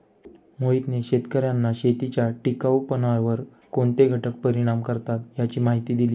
मोहितने शेतकर्यांना शेतीच्या टिकाऊपणावर कोणते घटक परिणाम करतात याची माहिती दिली